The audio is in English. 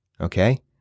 Okay